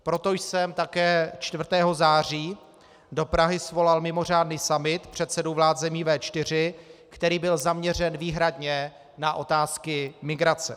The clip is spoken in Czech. Proto jsem také 4. září do Prahy svolal mimořádný summit předsedů vlád zemí V4, který byl zaměřen výhradně na otázky migrace.